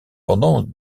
pendant